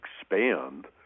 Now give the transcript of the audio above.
expand